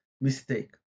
mistake